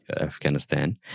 Afghanistan